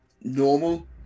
normal